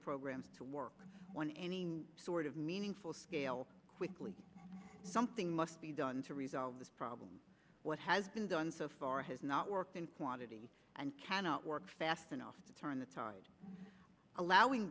program to work on any sort of meaningful scale quickly something must be done to resolve this problem what has been done so far has not worked in quantity and cannot work fast enough to turn the tide allowing